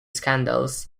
scandals